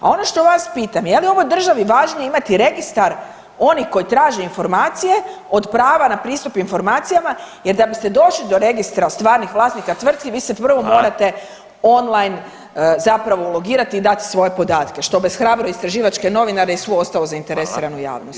A ono što vas pitam, je li ovoj državi važnije imati registar onih koji traže informacije od prava na pristup informacijama jer da biste došli do Registra stvarnih vlasnika tvrtki vi se prvo morate [[Upadica: Hvala.]] on-line zapravo ulogirati i dati svoje podatke što obeshrabruje istraživačke novinare i svu ostalu zainteresiranu javnost.